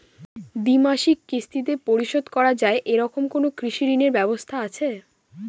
দ্বিমাসিক কিস্তিতে পরিশোধ করা য়ায় এরকম কোনো কৃষি ঋণের ব্যবস্থা আছে?